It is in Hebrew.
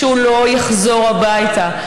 שהוא לא יחזור הביתה.